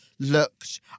looked